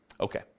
Okay